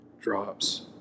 drops